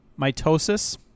mitosis